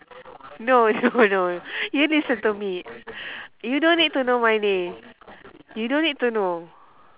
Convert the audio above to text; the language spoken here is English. no no no you listen to me you don't need to know my name you don't need to know